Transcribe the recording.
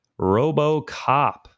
RoboCop